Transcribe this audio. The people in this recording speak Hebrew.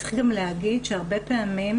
צריך גם להגיד שהרבה פעמים